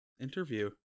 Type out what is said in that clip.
interview